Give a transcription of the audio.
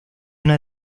una